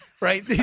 right